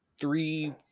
three